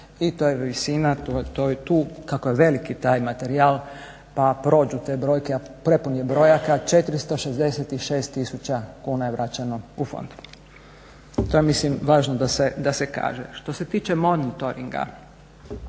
i to je visina, to je tu, kako je veliki taj materijal pa prođu te brojke, a prepun je brojaka. 466 000 kuna je vraćeno u fond. To je važno da se kaže. Što se tiče monitoringa,